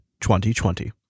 2020